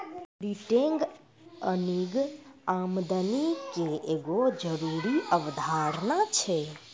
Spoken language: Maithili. रिटेंड अर्निंग आमदनी के एगो जरूरी अवधारणा छै